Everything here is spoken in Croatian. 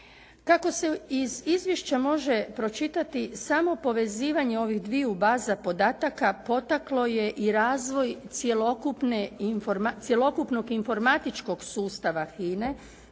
Kako se iz izvješća može pročitati samo povezivanje ovih dviju baza podataka potaklo je i razvoj cjelokupnog informatičkog sustava HINA-e